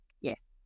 yes